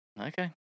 Okay